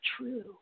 true